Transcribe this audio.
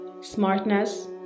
Smartness